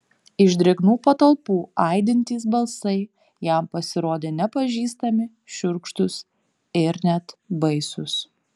iš drėgnų patalpų aidintys balsai jam pasirodė nepažįstami šiurkštūs ir net baisūs